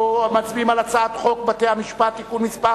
אנחנו מצביעים על הצעת חוק בתי-המשפט (תיקון מס'